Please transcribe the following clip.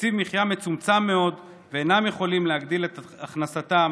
בתקציב מחיה מצומצם מאוד ואינם יכולים להגדיל את הכנסתם